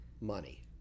money